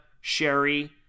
Sherry